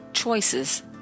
choices